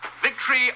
victory